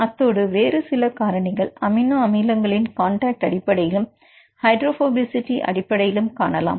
அத்தோடு வேறு சில காரணிகள் அமினோ அமிலங்களின் கான்டக்ட் அடிப்படையிலும் ஹைட்ரோபோபிசிட்டி அடிப்படையிலும் காணலாம்